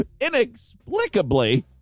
inexplicably